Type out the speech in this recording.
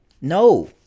No